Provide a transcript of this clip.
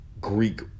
Greek